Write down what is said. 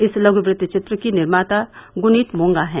इस लघु वृत चित्र की निर्माता गुनीत मोंगा है